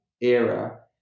era